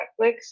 Netflix